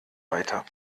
weiter